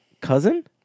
Cousin